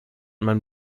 man